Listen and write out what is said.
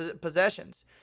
possessions